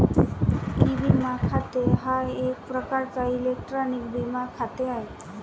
E विमा खाते हा एक प्रकारचा इलेक्ट्रॉनिक विमा खाते आहे